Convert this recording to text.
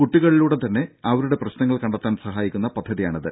കുട്ടികളിലൂടെ തന്നെ അവരുടെ പ്രശ്നങ്ങൾ കണ്ടെത്താൻ സഹായിക്കുന്ന പദ്ധതിയാണിത്